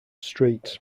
streets